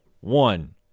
one